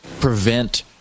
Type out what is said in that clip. prevent